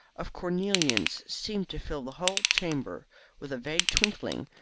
of cornelians seemed to fill the whole chamber with a vague twinkling,